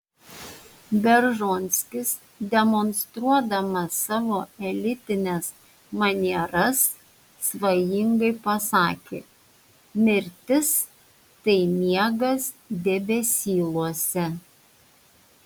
beržonskis demonstruodamas savo elitines manieras svajingai pasakė mirtis tai miegas debesyluose